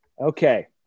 Okay